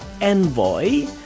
envoy